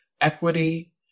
equity